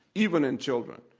even in children.